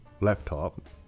laptop